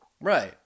Right